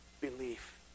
belief